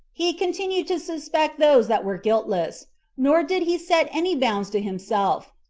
he continued to suspect those that were guiltless nor did he set any bounds to himself,